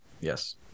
Yes